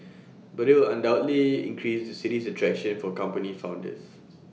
but IT will undoubtedly increase the city's attraction for company founders